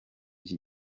iki